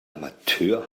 amateur